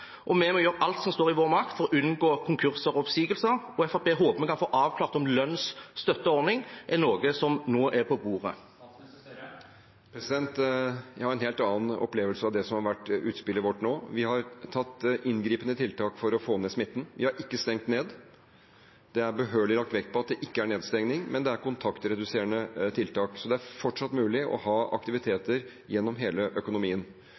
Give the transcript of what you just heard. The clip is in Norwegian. Vi må gjøre alt som står i vår makt for å unngå konkurser og oppsigelser, og Fremskrittspartiet håper at vi kan få avklart om lønnsstøtteordning er noe som nå er på bordet. Jeg har en helt annen opplevelse av det som har vært utspillet vårt nå. Vi har truffet inngripende tiltak for å få ned smitten. Vi har ikke stengt ned. Det er behørig lagt vekt på at det ikke er nedstenging, men det er kontaktreduserende tiltak. Så det er fortsatt mulig å ha aktiviteter gjennom hele økonomien.